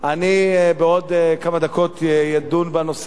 בעוד כמה דקות אדון בנושא,